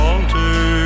Alter